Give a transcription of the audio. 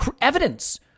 evidence